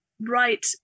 right